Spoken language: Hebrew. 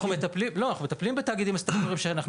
אנחנו מטפלים בתאגידים סטטוטוריים שאנחנו